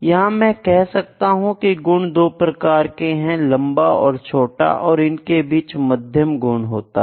या मैं कह सकता हूं की गुण दो प्रकार के हैं लंबा और छोटा और इनके बीच मध्यम गुण होता है